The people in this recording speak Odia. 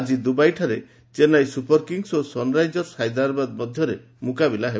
ଆଜି ଦୁବାଇଠାରେ ଚେନ୍ନାଇ ସୁପର କିଙ୍ଗସ୍ ଓ ସନ୍ରାଇଜର୍ସ ହାଇଦ୍ରାବାଦ୍ ମଧ୍ୟରେ ମୁକାବିଲା ହେବ